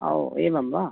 ओ एवं वा